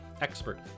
expert